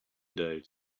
days